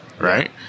Right